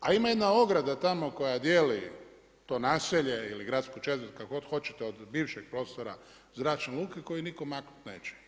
A ima jedna ograda tamo koja dijeli to naselje ili gradsku četvrt, kako god hoćete od bivšeg prostora zračne luke koju nitko maknuti neće.